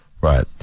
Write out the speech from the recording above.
Right